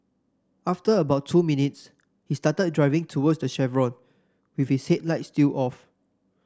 after about two minutes he started driving towards the chevron with his headlights still off